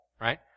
right